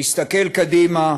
להסתכל קדימה,